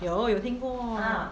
有有听过